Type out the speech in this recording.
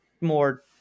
more